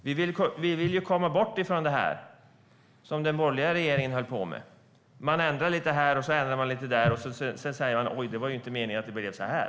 Vi vill komma bort från det som den borgerliga regeringen höll på med och ändrade lite här och där och sedan sa: Oj, det var ju inte meningen att det skulle bli så här.